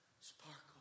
Sparkle